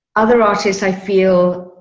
other artists, i feel,